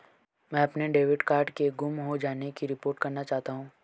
मैं अपने debit card के गुम हो जाने की रिपोर्ट करना चाहता हूँ